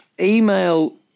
email